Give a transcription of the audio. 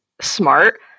smart